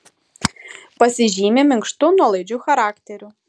pasižymi minkštu nuolaidžiu charakteriu